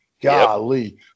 golly